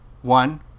One